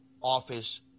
office